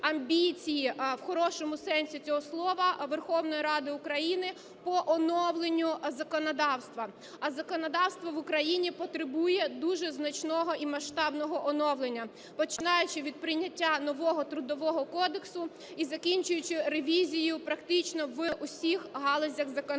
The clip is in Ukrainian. амбіції, в хорошому сенсі цього слова, Верховної Ради України по оновленню законодавства. А законодавство в Україні потребує дуже значного і масштабного оновлення, починаючи від прийняття нового Трудового кодексу і закінчуючи ревізією практично в усіх галузях законодавства.